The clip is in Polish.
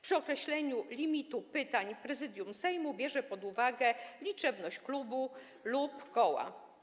Przy określeniu limitu pytań Prezydium Sejmu bierze pod uwagę liczebność klubu lub koła.